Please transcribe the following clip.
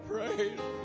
Praise